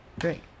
Great